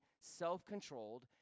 self-controlled